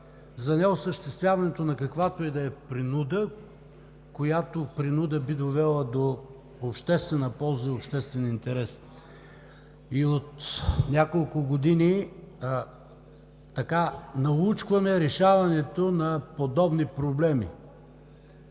за неосъществяването на каквато и да е принуда, която би довела до обществена полза и обществен интерес. От няколко години налучкваме решаването на подобни проблеми.